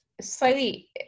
slightly